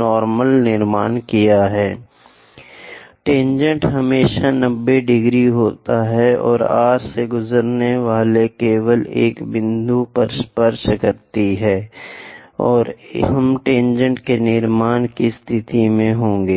normal निर्माण किया है टेनजेंट हमेशा 90 ° होती है और R से गुजरने वाले केवल एक बिंदु पर स्पर्श करती है और हम टेनजेंट के निर्माण की स्थिति में होंगे